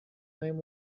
name